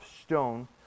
stone